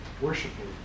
worshiping